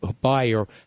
buyer